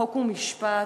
חוק ומשפט,